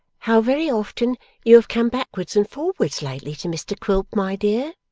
how very often you have come backwards and forwards lately to mr quilp, my dear